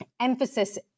emphasis